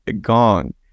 Gong